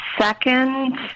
second